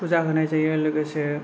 फुजा होनाय जायो लोगोसे